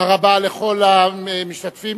תודה רבה לכל המשתתפים.